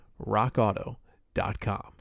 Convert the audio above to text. Rockauto.com